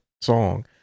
song